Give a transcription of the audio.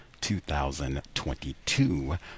2022